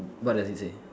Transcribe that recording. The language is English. what does it say